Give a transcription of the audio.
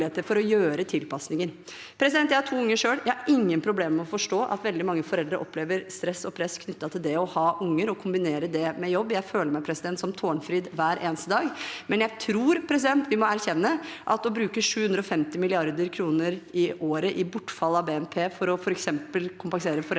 Jeg har to unger selv. Jeg har ingen problemer med å forstå at veldig mange foreldre opplever stress og press knyttet til å ha unger og kombinere det med jobb. Jeg føler meg som Tårnfrid hver eneste dag. Men jeg tror vi må erkjenne at å bruke 750 mrd. kr i bortfall av BNP i året på f.eks. å kompensere foreldre for